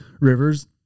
rivers